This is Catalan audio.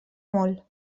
molt